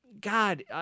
God